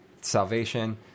salvation